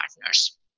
partners